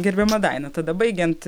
gerbiama daina tada baigiant